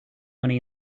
money